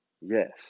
yes